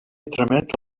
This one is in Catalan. tramet